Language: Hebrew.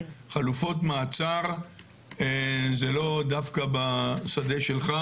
חלופות מעצר זה לאו דווקא בשדה שלך.